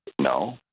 no